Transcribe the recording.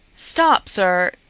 stop, sir!